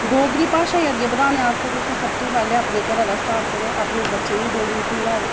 डोगरी भाशा गी अग्गें बधाने आस्तै असें पैह्लें घरा स्टार्ट करो ते अपने बच्चें गी समझाओ